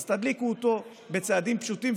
אז תדליקו אותו בצעדים פשוטים,